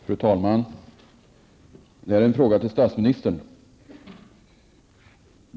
Fru talman! Detta är en fråga till statsministern.